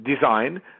design